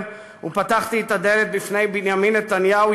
ופתחתי את הדלת בפני בנימין נתניהו,